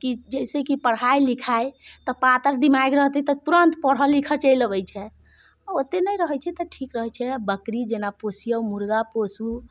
की जाहिसँ कि पढ़ाइ लिखाइ तऽ पातर दिमाग रहतै तऽ तुरन्त पढ़य लिखय चलि अबै छै ओतेक नहि रहै छै तऽ ठीक रहै छै बकरी जेना पोसियौ मुर्गा पोसू